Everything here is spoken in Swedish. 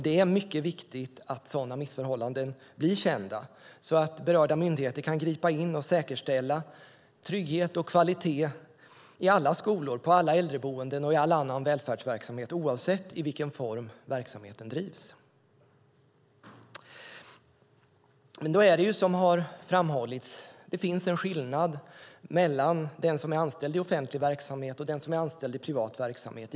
Det är mycket viktigt att sådana missförhållanden blir kända så att berörda myndigheter kan gripa in och säkerställa trygghet och kvalitet i alla skolor, på alla äldreboenden och i all annan välfärdsverksamhet oavsett i vilken form verksamheten drivs. Men det finns, som har framhållits, en skillnad mellan den som är anställd i offentlig verksamhet och den som är anställd i privat verksamhet.